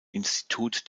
institut